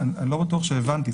אני לא בטוח שהבנתי.